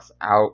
Out